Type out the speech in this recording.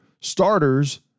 starters